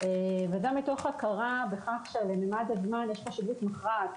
מתוך הכרה בכך שלממד הזמן יש חשיבות מכרעת